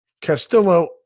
Castillo